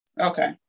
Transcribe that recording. Okay